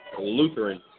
Lutheran